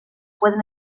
pueden